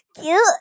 cute